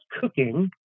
cooking